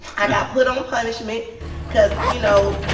i got put on punishment because, you know,